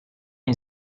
این